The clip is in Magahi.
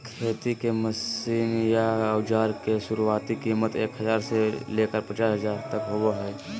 खेती के मशीन या औजार के शुरुआती कीमत एक हजार से लेकर पचास हजार तक होबो हय